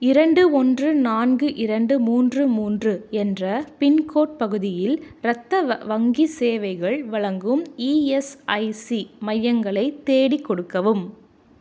இரண்டு ஒன்று நான்கு இரண்டு மூன்று மூன்று என்ற பின்கோட் பகுதியில் இரத்த வங்கிச் சேவைகள் வழங்கும் இஎஸ்ஐசி மையங்களை தேடிக் கொடுக்கவும்